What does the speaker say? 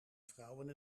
vrouwen